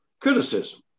criticism